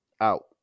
Out